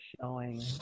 showing